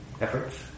efforts